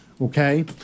Okay